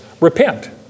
Repent